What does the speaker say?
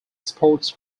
sports